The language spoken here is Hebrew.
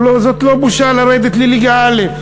וזאת לא בושה לרדת לליגה א'.